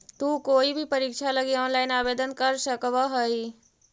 तु कोई भी परीक्षा लगी ऑनलाइन आवेदन कर सकव् हही